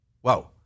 whoa